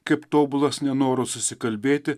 kaip tobulas nenoras susikalbėti